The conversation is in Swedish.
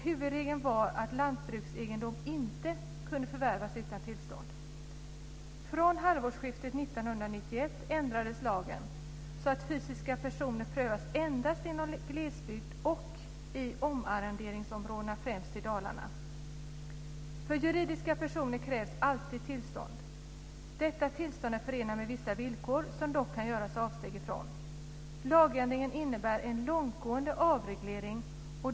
Från halvårsskiftet 1991 ändrades lagen så att fysiska personer prövas endast inom glesbygd och i omarronderingsområdena främst i Dalarna. För juridiska personer krävs alltid tillstånd. Dessa tillstånd är förenade med vissa villkor som det dock kan göras avsteg ifrån. Lagändringen innebär en långtgående avreglering.